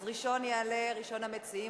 אז ראשון יעלה ראשון המציעים,